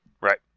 Right